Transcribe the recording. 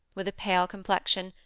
with a pale complexion,